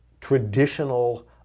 traditional